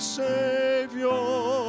savior